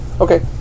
Okay